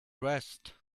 rest